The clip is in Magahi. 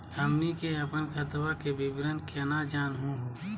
हमनी के अपन खतवा के विवरण केना जानहु हो?